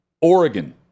Oregon